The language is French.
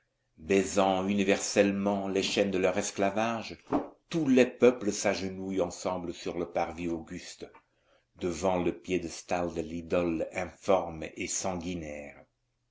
baisant universellement les chaînes de leur esclavage tous les peuples s'agenouillent ensemble sur le parvis auguste devant le piédestal de l'idole informe et sanguinaire